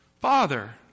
father